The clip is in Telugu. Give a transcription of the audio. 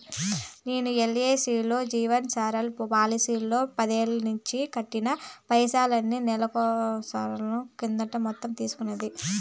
నేను ఎల్ఐసీలో జీవన్ సరల్ పోలసీలో పదేల్లనించి కట్టిన పైసల్ని నెలరోజుల కిందట మొత్తం తీసేసుకుంటి